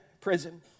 prison